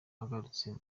agarutse